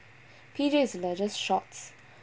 P_Js இல்ல:illa there're shorts